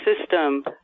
system